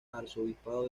arzobispado